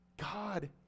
God